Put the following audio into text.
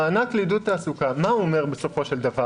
המענק לעידוד תעסוקה, מה הוא אומר בסופו של דבר?